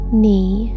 knee